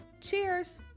Cheers